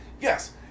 Yes